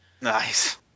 Nice